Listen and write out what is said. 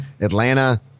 Atlanta